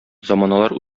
заманалар